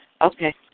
okay